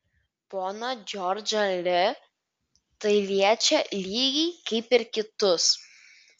poną džordžą li tai liečia lygiai kaip ir kitus